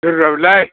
सोर ब्रा बेलाय